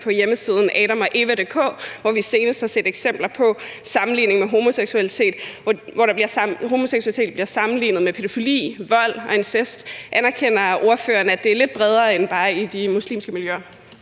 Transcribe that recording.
på hjemmesiden AdamogEva.dk, hvor vi senest har set eksempler på, at homoseksualitet bliver sammenlignet med pædofili, vold og incest? Anerkender ordføreren, at det er lidt bredere end i bare de muslimske miljøer?